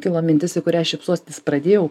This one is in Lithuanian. kilo mintis į kurią šypsotis pradėjau